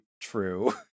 true